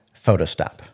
Photostop